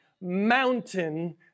mountain